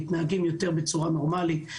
מתנהגים בצורה יותר נורמלית,